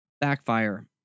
backfire